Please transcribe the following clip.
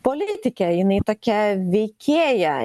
politikė jinai tokia veikėja